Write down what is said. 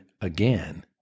again